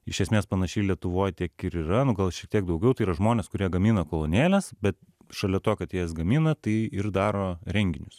iš esmės panašiai lietuvoj tiek ir yra nu gal šiek tiek daugiau tai yra žmonės kurie gamina kolonėles bet šalia to kad jas gamina tai ir daro renginius